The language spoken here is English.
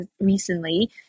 recently